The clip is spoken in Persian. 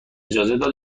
داده